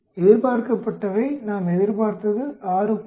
எதிர்பர்க்கப்பட்டவை நாம் எதிர்பார்த்தது 6